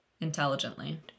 Intelligently